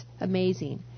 amazing